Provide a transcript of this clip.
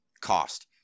cost